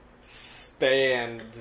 spanned